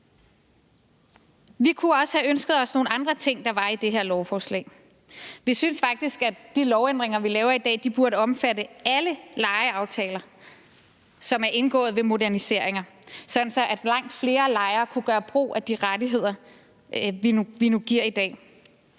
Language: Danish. Vi kunne også have ønsket os, at der var nogle andre ting i det her lovforslag. Vi synes faktisk, at de lovændringer, vi laver i dag, burde omfatte alle lejeaftaler, som er indgået ved moderniseringer, sådan at langt flere lejere kunne gøre brug af de rettigheder, vi nu giver i dag,